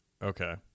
Okay